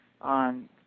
on